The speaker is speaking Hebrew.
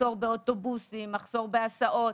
המחסור באוטובוסים, מחסור בהסעות,